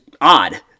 odd